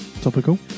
Topical